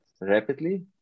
rapidly